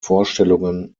vorstellungen